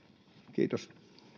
kiitos